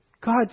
God